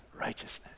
righteousness